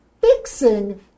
fixing